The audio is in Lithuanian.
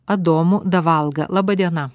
adomu davalga laba diena